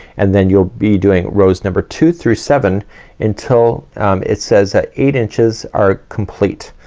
and then you'll be doing rows number two through seven until um it says that eight inches are complete.